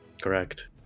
Correct